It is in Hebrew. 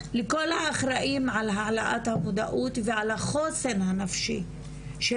לכל האחראים על העלאת המודעות ועל החוסן הנפשי של